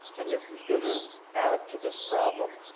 and this is gonna add to this problem.